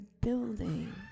building